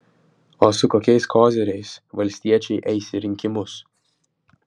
o su kokiais koziriais valstiečiai eis į rinkimus